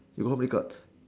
you got how many cards